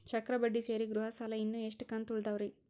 ಚಕ್ರ ಬಡ್ಡಿ ಸೇರಿ ಗೃಹ ಸಾಲ ಇನ್ನು ಎಷ್ಟ ಕಂತ ಉಳಿದಾವರಿ?